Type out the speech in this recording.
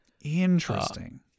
Interesting